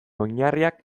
oinarriak